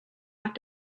have